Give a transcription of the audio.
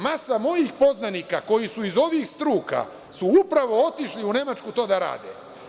Masa mojih poznanika koji su iz ovih struka su upravo otišli u Nemačku to da rade.